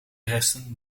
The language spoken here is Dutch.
resten